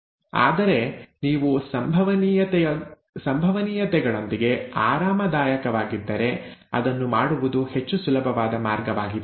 ಆದರೆ ನೀವು ಸಂಭವನೀಯತೆಗಳೊಂದಿಗೆ ಆರಾಮದಾಯಕವಾಗಿದ್ದರೆ ಅದನ್ನು ಮಾಡುವುದು ಹೆಚ್ಚು ಸುಲಭವಾದ ಮಾರ್ಗವಾಗಿದೆ